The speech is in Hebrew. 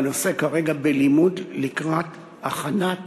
והנושא כרגע בלימוד לקראת הכנת